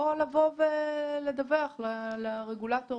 או לבוא ולדווח לרגולטור